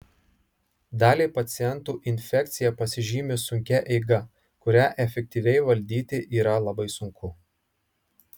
daliai pacientų infekcija pasižymi sunkia eiga kurią efektyviai valdyti yra labai sunku